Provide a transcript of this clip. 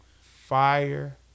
Fire